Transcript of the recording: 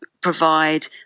provide